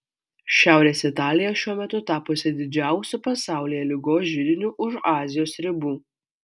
šiaurės italija šiuo metu tapusi didžiausiu pasaulyje ligos židiniu už azijos ribų